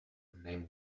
name